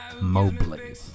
Mobley